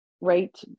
Right